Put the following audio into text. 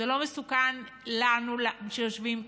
זה לא מסוכן לנו שיושבים כאן,